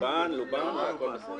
לובן, לובן והכול בסדר.